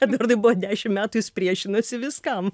edvardui buvo dešim metų jis priešinosi viskam